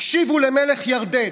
הקשיבו למלך ירדן,